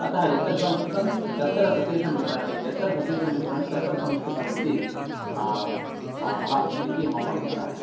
अतः यत्र संस्कृतं तत्र सतीशमित्राणि यत्र सतीशमित्राणि तत्र संस्कृतम् इति भावः इति मम अभिप्रायः